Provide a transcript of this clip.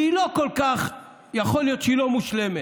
ויכול להיות שהיא לא מושלמת,